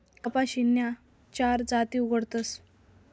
कपाशीन्या चार जाती उगाडतस